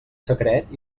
secret